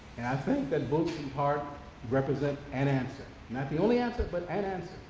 and i think that books in part represent an answer not the only answer but an answer,